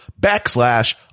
backslash